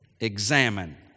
examine